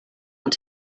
want